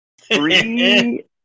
Three